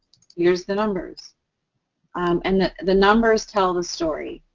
here's the numbers um and the numbers tell the story,